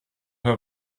her